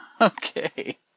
Okay